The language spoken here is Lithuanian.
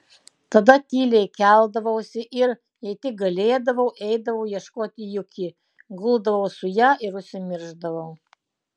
tada tyliai keldavausi ir jei tik galėdavau eidavau ieškoti juki guldavau su ja ir užsimiršdavau